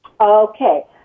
Okay